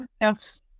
Yes